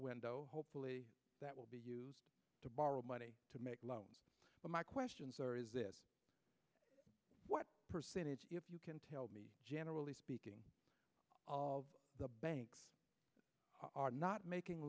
window hopefully that will be to borrow money to make loans to my questions or is this what percentage if you can tell me generally speaking the banks are not making